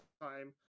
time